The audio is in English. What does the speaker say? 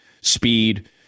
speed